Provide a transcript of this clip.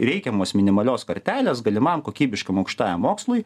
reikiamos minimalios kartelės galimam kokybiškam aukštajam mokslui